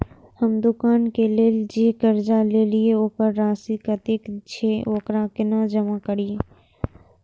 हम दुकान के लेल जे कर्जा लेलिए वकर राशि कतेक छे वकरा केना जमा करिए?